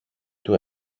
του